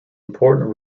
important